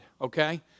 Okay